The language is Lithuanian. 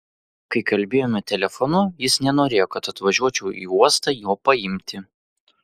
kai kalbėjome telefonu jis nenorėjo kad atvažiuočiau į uostą jo paimti